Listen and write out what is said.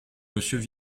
monsieur